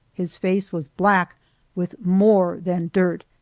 his face was black with more than dirt.